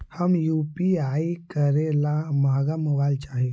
हम यु.पी.आई करे ला महंगा मोबाईल चाही?